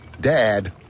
Dad